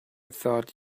thought